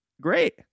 great